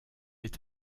est